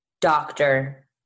doctor